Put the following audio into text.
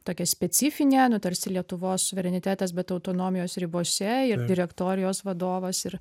tokia specifinė nu tarsi lietuvos suverenitetas bet autonomijos ribose ir direktorijos vadovas ir